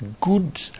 good